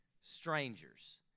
strangers